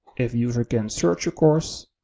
if user can search your course,